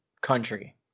country